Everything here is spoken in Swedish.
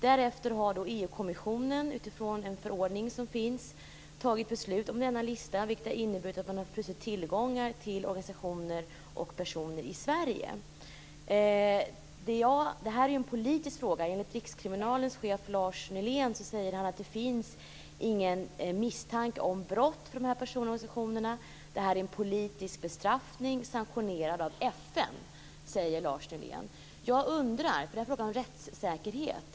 Därefter har EU kommissionen, utifrån en förordning som finns, tagit beslut om denna lista, vilket har inneburit att man har frusit tillgångar för organisationer och personer i Detta är en politisk fråga. Enligt Rikskriminalens chef Lars Nylén finns det ingen misstanke om brott gällande dessa personer och organisationer. Det är en politisk bestraffning, sanktionerad av FN, säger Lars Det är en fråga om rättssäkerhet.